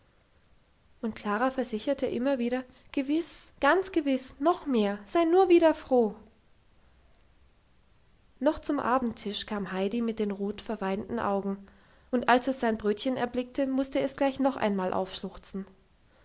und klara versicherte immer wieder gewiss ganz gewiss noch mehr sei nur wieder froh noch zum abendtisch kam heidi mit den rot verweinten augen und als es sein brötchen erblickte musste es gleich noch einmal aufschluchzen